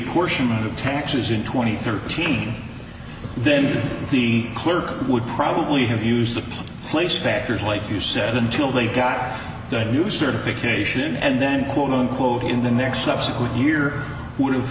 portion of texas in twenty thirteen then the clerk would probably have used the place factors like you said until they got the new certification and then quote unquote in the next subsequent year w